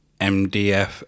MDF